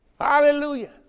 Hallelujah